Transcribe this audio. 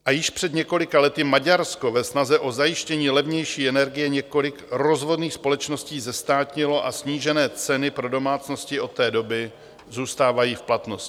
A již před několika lety Maďarskou ve snaze o zajištění levnější energie několik rozvodných společností zestátnilo a snížené ceny pro domácnosti od té doby zůstávají v platnosti.